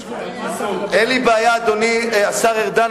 אין לי בעיה, אדוני השר ארדן.